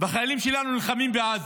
כשהחיילים שלנו נלחמים בעזה.